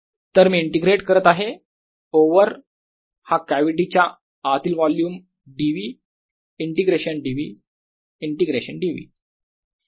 तर मी इंटिग्रेट करत आहे ओवर हा कॅव्हिटीच्या आतील volume d v integration d v integration d v